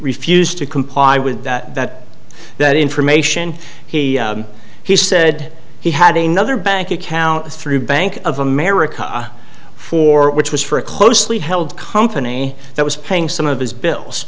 refused to comply with that that information he he said he had a nother bank account through bank of america four which was for a closely held company that was paying some of his bills